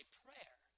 prayer